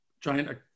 giant